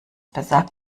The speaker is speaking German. besagt